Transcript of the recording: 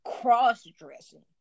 cross-dressing